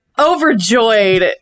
overjoyed